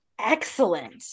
Excellent